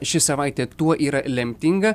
ši savaitė tuo yra lemtinga